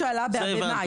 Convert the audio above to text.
שעלה במאי,